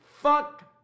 Fuck